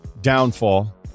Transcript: downfall